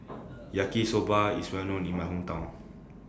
Yaki Soba IS Well known in My Hometown